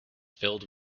filled